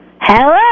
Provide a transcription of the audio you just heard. Hello